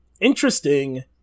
interesting